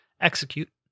execute